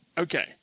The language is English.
Okay